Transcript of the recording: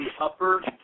upper